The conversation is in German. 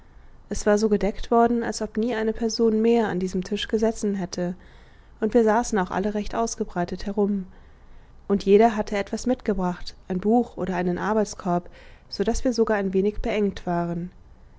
es war so gedeckt worden als ob nie eine person mehr an diesem tisch gesessen hätte und wir saßen auch alle recht ausgebreitet herum und jeder hatte etwas mitgebracht ein buch oder einen arbeitskorb so daß wir sogar ein wenig beengt waren